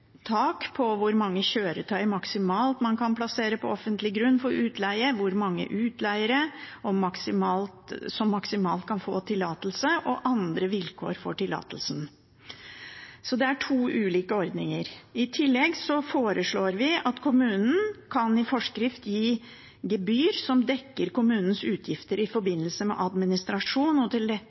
tak på hvor mange kjøretøy man maksimalt kan plassere på offentlig grunn for utleie, hvor mange utleiere som maksimalt kan få tillatelse, og andre vilkår for tillatelsen. Det er to ulike ordninger. I tillegg foreslår vi at kommunen i forskrift kan gi gebyr som dekker kommunens utgifter i forbindelse med administrasjon og